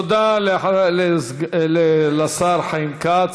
תודה לשר חיים כץ.